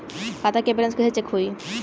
खता के बैलेंस कइसे चेक होई?